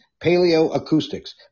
paleoacoustics